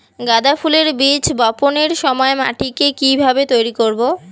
গাদা ফুলের বীজ বপনের সময় মাটিকে কিভাবে তৈরি করব?